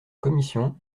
commission